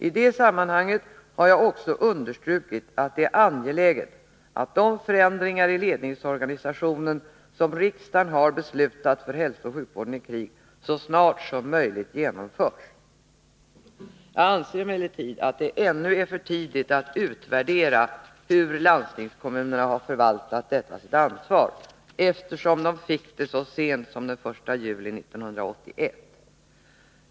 I detta sammanhang har jag också understrukit att det är angeläget att de förändringar i ledningsorganisationen som riksdagen har beslutat för hälsooch sjukvården i krig så snart som möjligt genomförs. Jag anser emellertid att det ännu är för tidigt att utvärdera hur landstingskommunerna har förvaltat detta ansvar, eftersom de fick det så sent som den 1 juli 1981.